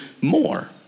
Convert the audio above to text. more